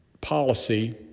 policy